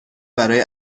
برای